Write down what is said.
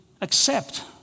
accept